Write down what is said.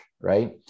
right